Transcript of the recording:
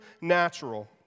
natural